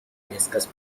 discuss